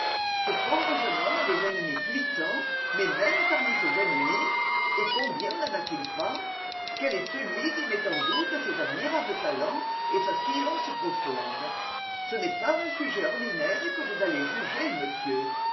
ce pauvre jeune homme a des ennemis puissants mais même parmi ses ennemis et combien n'en a-t-il pas quel est celui qui met en doute ses admirables talents et sa science profonde ce n'est pas un sujet ordinaire que vous allez juger monsieur